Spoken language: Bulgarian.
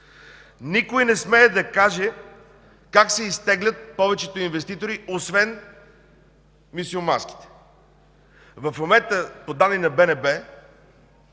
Никой не смее да каже как се изтеглят повечето инвеститори, освен мюсюлманските. В момента по данни на БНБ